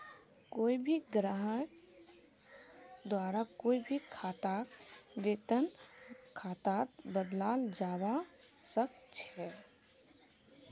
कोई भी ग्राहकेर द्वारा कोई भी खाताक वेतन खातात बदलाल जवा सक छे